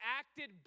acted